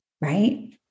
right